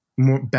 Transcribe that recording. More